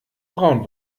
braun